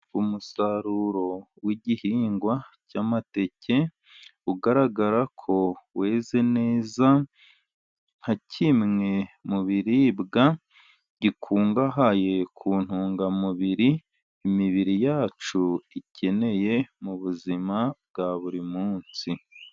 Umusaruro w'igihingwa cy'amateke, ugaragara ko weze neza nka kimwe mu biribwa gikungahaye ku ntungamubiri yacu ikeneye mu buzima bwa buri munsi.